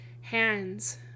hands